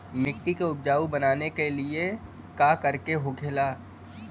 मिट्टी के उपजाऊ बनाने के लिए का करके होखेला?